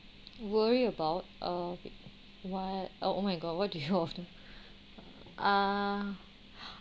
worry about uh okay what uh oh my god what did you often ah